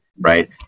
Right